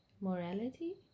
Morality